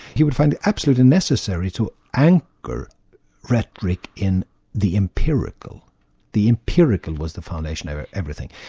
he would find it absolutely necessary to anchor rhetoric in the empirical the empirical was the foundation of everything,